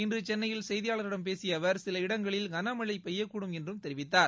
இன்றுசென்னையில் செய்தியாளர்களிடம் பேசியஅவர் சில இடங்களில் கனமழைபெய்யக்கூடும் என்றும் தெரிவித்தார்